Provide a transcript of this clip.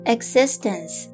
Existence